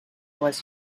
was